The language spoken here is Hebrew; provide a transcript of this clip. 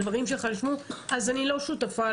הדברים שלך נשמעו אז אני לא שותפה,